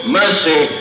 mercy